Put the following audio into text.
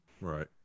Right